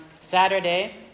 Saturday